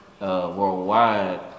worldwide